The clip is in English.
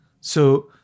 So-